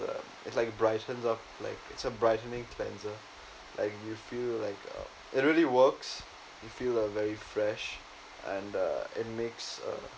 uh it's like brightens up like it's a brightening cleanser like you feel like uh it really works you feel uh very fresh and uh it makes uh